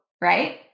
right